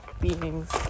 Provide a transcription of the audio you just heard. beings